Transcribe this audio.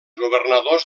governadors